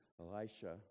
Elisha